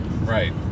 Right